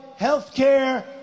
healthcare